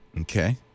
Okay